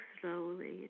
slowly